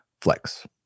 flex